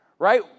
Right